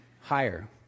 higher